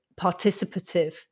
participative